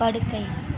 படுக்கை